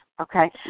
Okay